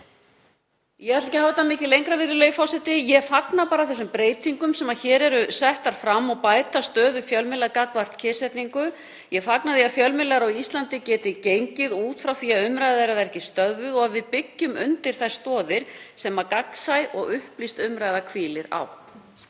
Ég ætla ekki hafa þetta mikið lengra, virðulegi forseti. Ég fagna þeim breytingum sem hér eru settar fram og bæta stöðu fjölmiðla gagnvart kyrrsetningu. Ég fagna því að fjölmiðlar á Íslandi geti gengið út frá því að umræða þeirra verði ekki stöðvuð og að við byggjum undir þær stoðir sem gagnsæ og upplýst umræða hvílir á.